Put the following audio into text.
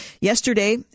Yesterday